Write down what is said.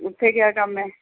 ਉੱਥੇ ਕਿਆ ਕੰਮ ਹੈ